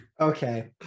Okay